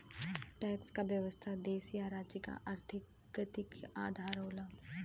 tax क व्यवस्था देश या राज्य क आर्थिक प्रगति क आधार होला